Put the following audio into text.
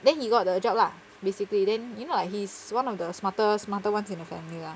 then he got the job lah basically then you know like he's one of the smarter smarter ones in the family lah